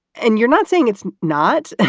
and you're not saying it's not,